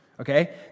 Okay